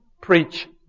preach